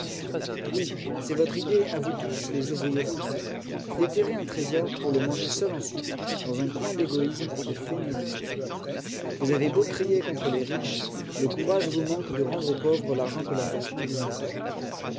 oui c'est votre idée à vous tous les ouvriers français déterrer un trésor pour le manger seul ensuite dans un coin d'égoïsme et de fainéantise vous avez beau crier contre les riches le courage vous manque de rendre aux pauvres l'argent que la fortune vous envoie